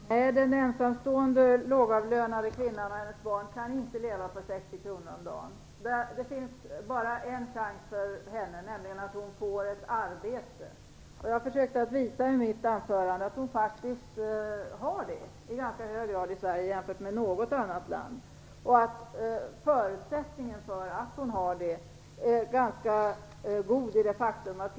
Fru talman! Nej, den ensamstående lågavlönade kvinnan och hennes barn kan inte leva på 60 kr om dagen. Det finns bara en chans för henne, nämligen att hon får ett arbete. Jag försökte i mitt anförande visa att hon i Sverige faktiskt har det i större utsträckning än i något annat land.